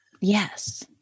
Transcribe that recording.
yes